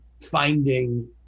finding